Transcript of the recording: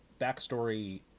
backstory